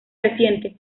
reciente